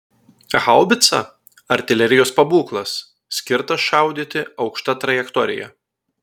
haubica artilerijos pabūklas skirtas šaudyti aukšta trajektorija